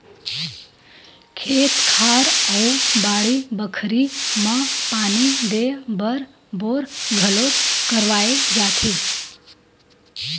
खेत खार अउ बाड़ी बखरी म पानी देय बर बोर घलोक करवाए जाथे